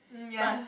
um ya